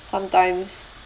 sometimes